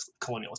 colonialist